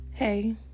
Hey